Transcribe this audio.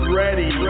ready